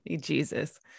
Jesus